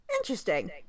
Interesting